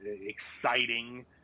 exciting